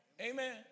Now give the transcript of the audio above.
Amen